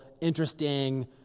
interesting